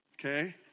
Okay